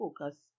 focus